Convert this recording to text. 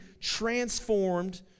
transformed